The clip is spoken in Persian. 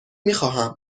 میخواهم